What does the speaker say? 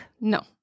No